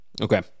Okay